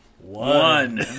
one